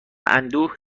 اندوه